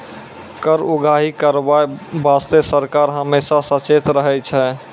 कर उगाही करबाय बासतें सरकार हमेसा सचेत रहै छै